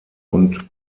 und